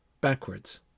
backwards